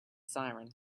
siren